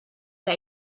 que